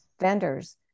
vendors